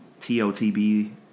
TOTB